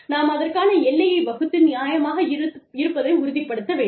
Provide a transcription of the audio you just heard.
நாம் அதற்கான எல்லையை வகுத்து நியாயமாக இருப்பதை உறுதிப்படுத்த வேண்டும்